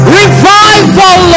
revival